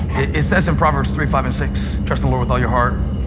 it says in proverbs three five and six, trust the lord with all your heart.